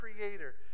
Creator